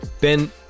Ben